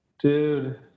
dude